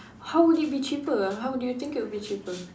how would it be cheaper how would you think it would be cheaper